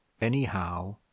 anyhow